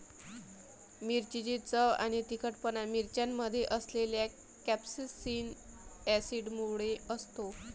मिरचीची चव आणि तिखटपणा मिरच्यांमध्ये असलेल्या कॅप्सेसिन ऍसिडमुळे असतो